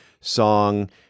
song